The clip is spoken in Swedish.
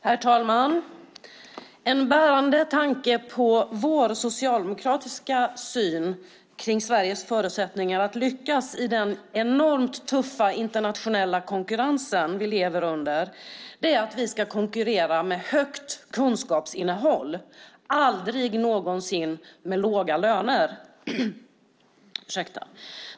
Herr talman! En bärande tanke i vår socialdemokratiska syn på Sveriges förutsättningar att lyckas i den mycket tuffa internationella konkurrens vi lever under är att vi ska konkurrera med högt kunskapsinnehåll, aldrig någonsin med låga löner.